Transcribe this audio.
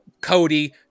Cody